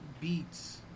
beats